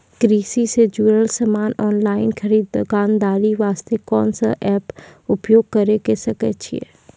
कृषि से जुड़ल समान ऑनलाइन खरीद दुकानदारी वास्ते कोंन सब एप्प उपयोग करें सकय छियै?